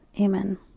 Amen